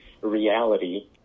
reality